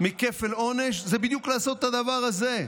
מכפל עונש זה בדיוק לעשות את הדבר הזה,